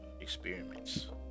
experiments